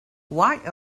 why